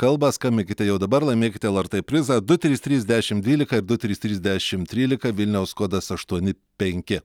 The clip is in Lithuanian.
kalbą skambinkite jau dabar laimėkite lrt prizą du trys trys dešim dvylika du trys trys dešim trylika vilniaus kodas aštuoni penki